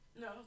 No